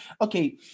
Okay